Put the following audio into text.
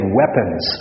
weapons